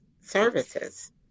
services